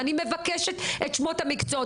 ואני מבקשת את שמות המקצועות.